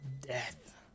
death